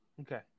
Okay